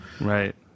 Right